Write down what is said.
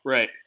Right